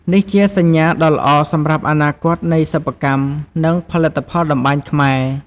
នេះជាសញ្ញាដ៏ល្អសម្រាប់អនាគតនៃសិប្បកម្ម និងផលិតផលតម្បាញខ្មែរ។